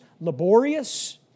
laborious